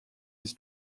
his